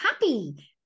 happy